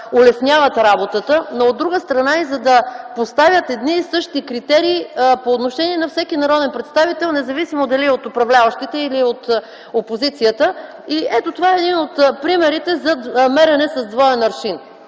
улесняват работата, но от друга страна, и за да поставят едни и същи критерии по отношение на всеки народен представител независимо дали е от управляващите, или е от опозицията. Ето това е един от примерите за мерене с двоен аршин.